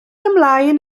ymlaen